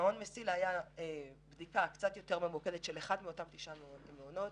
במעון מסילה הייתה בדיקה יותר ממוקדת מבין אותם תשעה מעונות.